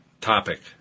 topic